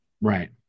Right